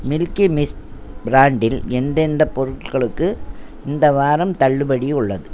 milky Mist ப்ராண்டில் எந்தெந்தப் பொருட்களுக்கு இந்த வாரம் தள்ளுபடி உள்ளது